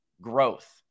growth